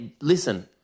listen